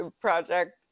project